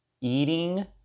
eating